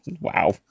Wow